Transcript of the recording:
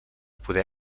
poder